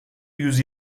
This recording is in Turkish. yüz